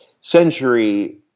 century